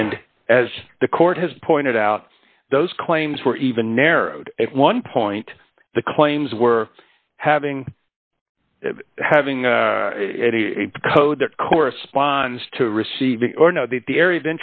and as the court has pointed out those claims were even narrowed at one point the claims were having having a code that corresponds to receiving or know that the area of